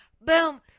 Boom